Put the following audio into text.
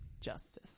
Justice